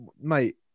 mate